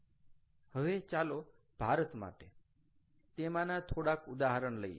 હવે ચાલો ભારત માટે તેમાંના થોડાક ઉદાહરણ લઈએ